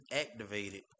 activated